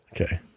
Okay